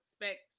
expect